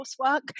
coursework